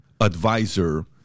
advisor